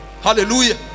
Hallelujah